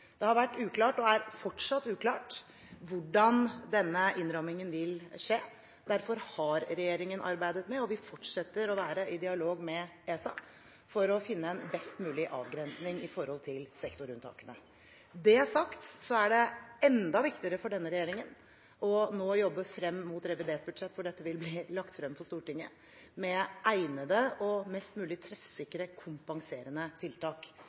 Det har vært uklart og er fortsatt uklart hvordan denne innrammingen vil skje. Derfor har regjeringen arbeidet med – og vi fortsetter med – å være i dialog med ESA for å finne en best mulig avgrensing av sektorunntakene. Når det er sagt, er det nå enda viktigere for denne regjeringen å jobbe frem mot revidert budsjett, hvor dette vil bli lagt frem for Stortinget, med egnede og mest mulig treffsikre kompenserende tiltak.